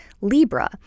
libra